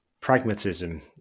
pragmatism